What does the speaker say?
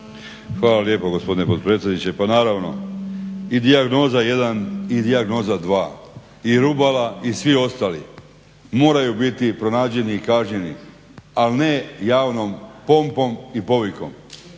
Hvala lijepo gospodine potpredsjedniče. Pa naravno i "Dijagnoza 1." i "Dijagnoza 2." i Rubala i svih ostalih moraju biti pronađeni i kažnjeni ali ne javnom pompom i povikom.